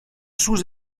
sous